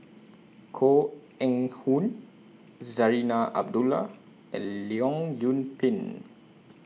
Koh Eng Hoon Zarinah Abdullah and Leong Yoon Pin